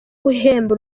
guhemba